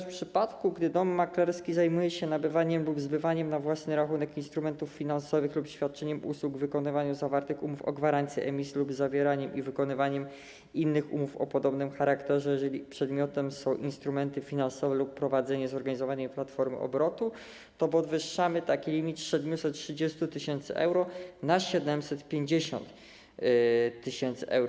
W przypadku, gdy dom maklerski zajmuje się nabywaniem lub zbywaniem na własny rachunek instrumentów finansowych lub świadczeniem usług w wykonywaniu zawartych umów o gwarancji emisji lub zawieraniu i wykonywaniu innych umów o podobnym charakterze, jeżeli przedmiotem są instrumenty finansowe lub prowadzenie, zorganizowanie platform obrotu, to podwyższamy taki limit z 730 tys. euro do 750 tys. euro.